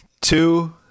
two